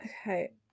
Okay